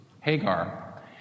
Hagar